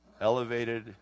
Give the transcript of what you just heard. elevated